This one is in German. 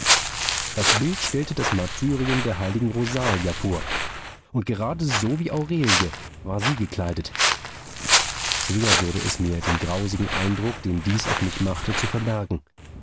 das bild stellte das martyrium der heiligen rosalia vor und gerade so wie aurelie war sie gekleidet schwer wurde es mir den grausigen eindruck den dies auf mich machte zu verbergen